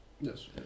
Yes